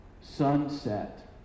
sunset